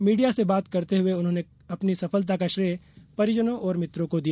media से बात करते हुए उन्होंने अपनी सफलता का श्रेय परिजनों और मित्रों को दिया